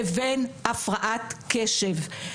לבין הפרעת קשב.